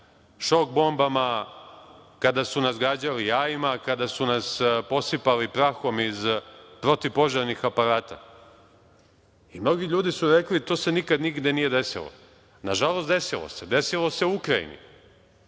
šok bombama, kada su nas gađali jajima, kada su nas posipali prahom iz protivpožarnih aparata i mnogi ljudi su rekli to se nikada nigde nije desilo. Nažalost, desilo se. Desilo se u Ukrajini,